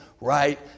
right